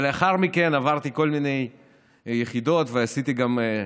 לאחר מכן עברתי כל מיני יחידות, ועשיתי גם,